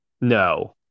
No